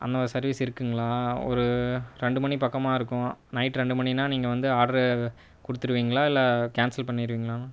அந்த சர்வீஸ் இருக்குங்களா ஒரு ரெண்டு மணி பக்கமாக இருக்கும் நைட் ரெண்டு மணினால் நீங்கள் வந்து ஆர்டரை குடுத்துருவிங்களா இல்லை கேன்சல் பண்ணிருவிங்களாண்ணா